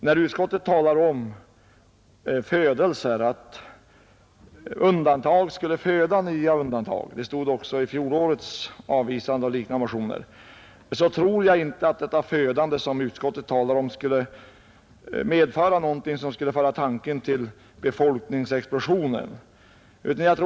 När utskottet skriver att undantag skulle föda nya undantag — det sades också i fjolårets avstyrkande av liknande motioner — tror jag inte att detta födande som utskottet talar om skulle medföra någonting som kan föra tanken till befolkningsexplosionen.